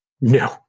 No